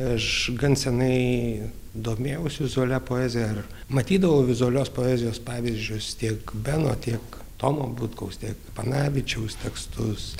aš gan seniai domėjausi vizualia poezija ar matydavau vizualios poezijos pavyzdžius tiek beno tiek tomo butkaus tiek panavičiaus tekstus